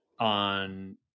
on